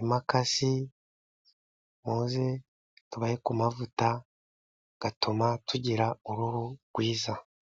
imakasi muze tubahe ku mavuta atuma tugira uruhu rwiza.